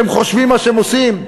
שהם חושבים מה שהם עושים,